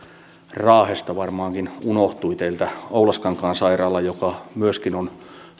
raahesta teiltä varmaankin unohtui oulaskankaan sairaala joka myöskin on